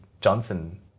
Johnson